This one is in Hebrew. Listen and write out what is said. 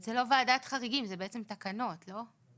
זה לא ועדת חריגים, זה בעצם תקנות, לא?